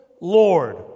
Lord